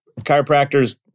chiropractors